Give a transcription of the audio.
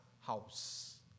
house